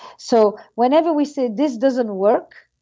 so whenever we say, this doesn't work,